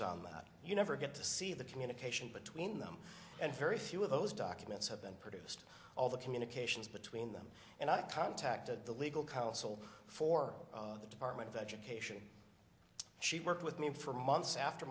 on that you never get to see the communication between them and very few of those documents have been produced all the communications between them and i contacted the legal counsel for the department of education she worked with me for months after